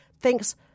Thanks